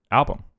album